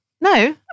no